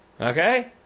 Okay